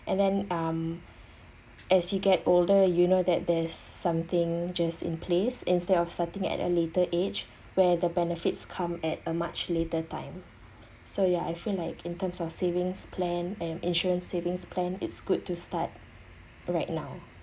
and then um as you get older you know that there's something just in place instead of starting at a later age where the benefits come at a much later time so ya I feel like in terms of savings plan and insurance savings plan it's good to start right now